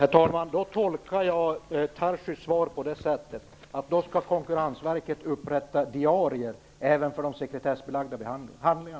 Herr talman! Jag tolkar Daniel Tarschys svar så, att Konkurrensverket skall upprätta diarier även för sekretessbelagda handlingar.